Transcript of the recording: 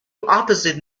opposite